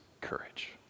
courage